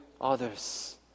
others